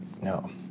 no